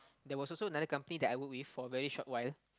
there was also another company that I work with for a very short while